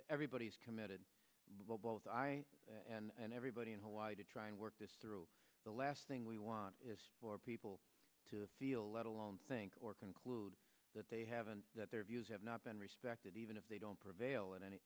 everybody is committed while both i and everybody in hawaii to try and work this through the last thing we want is for people to feel let alone think or conclude that they haven't that their views have not been respected even if they don't prevail in any